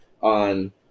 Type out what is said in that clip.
on